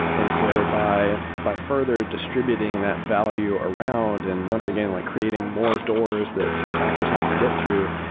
and so by by further distributing that value around, and once again like creating more doors that attackers have to get through,